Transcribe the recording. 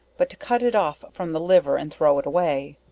but to cut it off from the liver and throw it away,